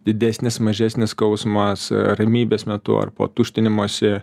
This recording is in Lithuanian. didesnis mažesnis skausmas ramybės metu ar po tuštinimosi